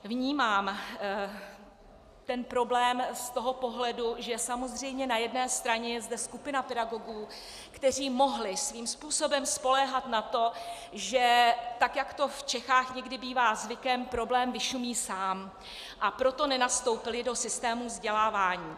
Vnímám ten problém z toho pohledu, že samozřejmě na jedné straně je zde skupina pedagogů, kteří mohli svým způsobem spoléhat na to, že tak jak to v Čechách někdy bývá zvykem, problém vyšumí sám, a proto nenastoupili do systému vzdělávání.